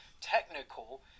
technical